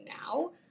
now